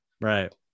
right